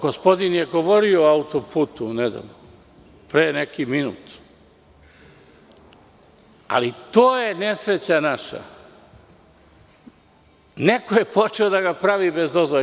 Gospodin je nedavno govorio o autoputu pre neki minut, ali to je nesreća naša, neko je počeo da ga pravi bez dozvole.